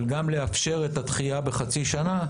אבל גם לאפשר את הדחייה בחצי שנה,